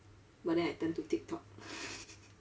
but then I turn to tiktok